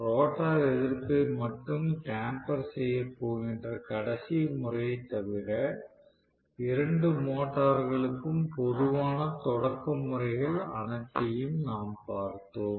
rotor எதிர்ப்பை மட்டும் tamper செய்ய போகிற கடைசி முறையைத் தவிர இரண்டு மோட்டார்களுக்கும் பொதுவான தொடக்க முறைகள் அனைத்தையும் நாம் பார்த்தோம்